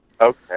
okay